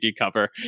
cover